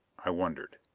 i wondered.